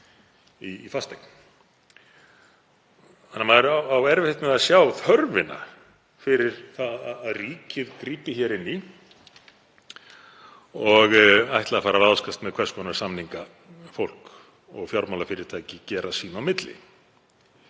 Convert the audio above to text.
fasteign. Maður á því erfitt með að sjá þörfina fyrir að ríkið grípi inn í og ætli að fara að ráðskast með hvers konar samninga fólk og fjármálafyrirtæki gera sín á milli.